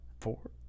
four